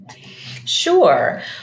Sure